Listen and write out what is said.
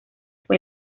fue